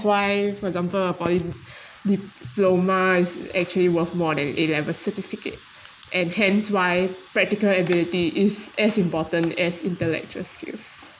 why for example a poly diploma is actually worth more than A level certificate and hence why practical ability is as important as intellectual skills